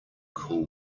cool